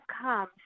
come